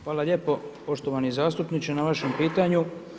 Hvala lijepo poštovani zastupniče na vašem pitanju.